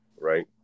right